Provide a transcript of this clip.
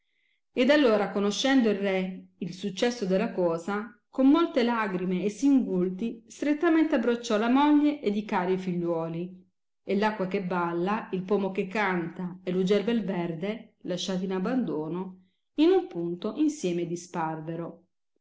ed allora conoscendo il re il successo della cosa con molte lagrime e singulti strettamente abbracciò la moglie ed i cari figliuoli e l acqua che balla il pomo che canta e fugge il verde lasciati in abbandono in un punto insieme disparvero